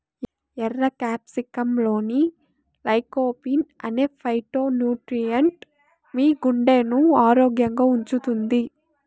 ఎర్ర క్యాప్సికమ్లోని లైకోపీన్ అనే ఫైటోన్యూట్రియెంట్ మీ గుండెను ఆరోగ్యంగా ఉంచుతుంది